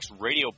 Radio